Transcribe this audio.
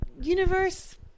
universe